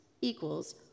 equals